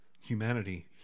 humanity